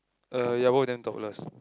uh yeah both of them topless